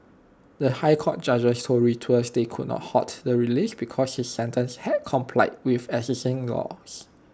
the High Court judges told Reuters they could not halt the release because his sentence had complied with existing laws